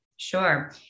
Sure